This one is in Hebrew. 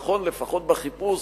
נכון לפחות בחיפוש,